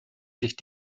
sich